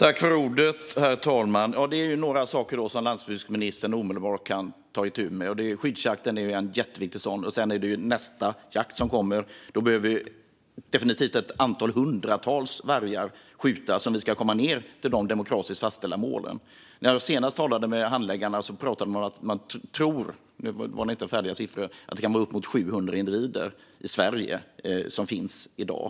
Herr talman! Det finns några saker som landsbygdsministern omedelbart kan ta itu med, och en jätteviktig sådan sak är skyddsjakten. Vid nästa jakt behöver definitivt hundratals vargar skjutas som vi ska komma ned till de demokratiskt fastställda målen. När jag senast talade med handläggarna var siffrorna inte färdiga, men man tror att det kan finnas uppemot 700 individer i Sverige i dag.